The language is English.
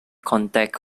contact